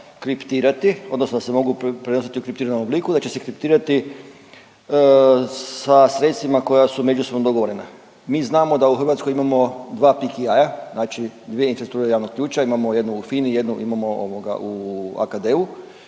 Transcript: kriptirati, odnosno da se mogu prenositi u kriptiranom obliku. Da će se kriptirati sa sredstvima koja su međusobno dogovorena. Mi znamo da u Hrvatskoj imamo 2 PKI-aja znači dvije infrastrukture javnog ključa, imamo jednu u FINA-i, jednu imamo u AKD-u.